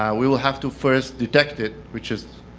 we will have to first detect it, which is